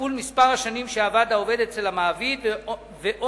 כפול מספר השנים שעבד העובד אצל המעביד ועוד